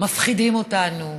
אומנם הוא קיבל בהתחלה אור ירוק,